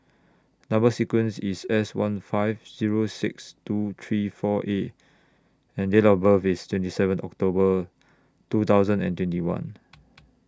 Number sequence IS S one five Zero six two three four A and Date of birth IS twenty seven October two thousand and twenty one